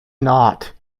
not